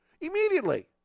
Immediately